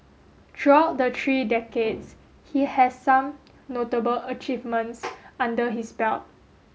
throughout the three decades he has some notable achievements under his belt